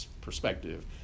perspective